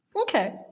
Okay